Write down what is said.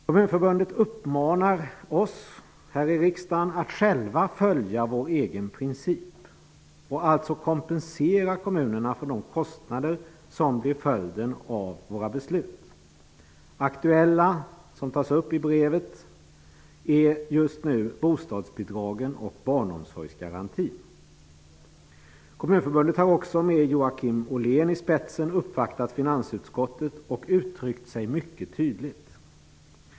Kommunförbundet uppmanar oss här i riksdagen att själva följa vår egen princip och alltså kompensera kommunerna för de kostnader som blir följden av våra beslut. Aktuella just nu är bostadsbidragen och barnomsorgsgarantin, som tas upp i brevet. Kommunförbundet har också, med Joakim Ollén i spetsen, uppvaktat finansutskottet och uttryckt sig mycket tydligt.